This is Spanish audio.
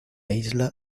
isla